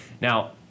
now